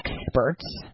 experts